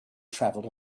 traveled